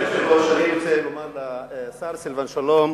אדוני היושב-ראש, אני רוצה לומר לשר סילבן שלום